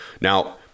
Now